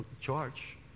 charge